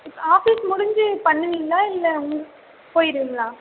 office முடிஞ்சு பண்ணுவிங்களா இல்லை போயிடுவிங்களா